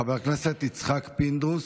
חבר הכנסת יצחק פינדרוס.